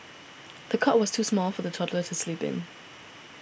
the cot was too small for the toddler to sleep in